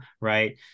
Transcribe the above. right